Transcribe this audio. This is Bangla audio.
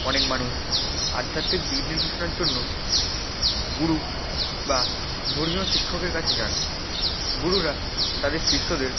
অনেক মানুষ আধ্যাত্মিক দিক নির্দেশনার জন্য গুরু বা ধর্মীয় শিক্ষকের কাছে যান গুরুরা তাদের শিষ্যদের